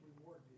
reward